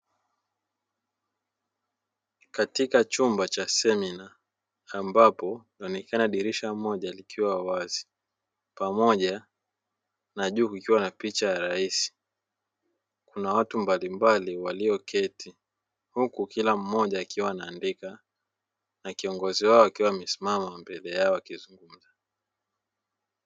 Katika chumba cha semina ambapo linaonekana dirisha moja likiwa wazi, pamoja na juu kukiwa na picha ya raisi. Kuna watu mbalimbali walioketi, huku kila mmoja akiwa anaandika na kiongozi wao akiwa amesimama mbele yao akizungumza.